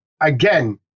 again